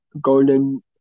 golden